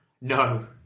No